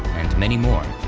and many more.